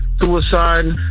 suicide